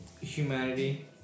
humanity